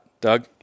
Doug